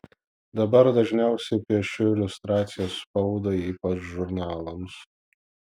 dabar dažniausiai piešiu iliustracijas spaudai ypač žurnalams